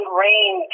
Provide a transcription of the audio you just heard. rain